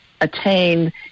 attained